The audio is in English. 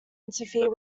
interfere